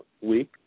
week